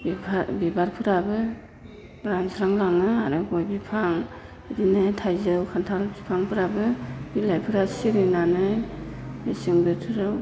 बिबारफोराबो रानज्रां लाङो आरो गय बिफां बेदिनो थाइजौ खान्थाल बिफांफोराबो बिलाइफोरा सिरिनानै मेसें बोथोराव